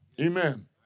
Amen